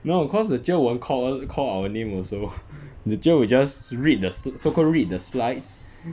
no cause the cher won't call call our name also the cher will just read th~ so called read the slides